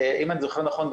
אם אני זוכר נכון,